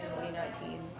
2019